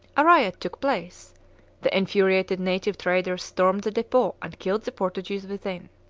a riot took place the infuriated native traders stormed the depot and killed the portuguese within.